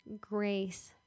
Grace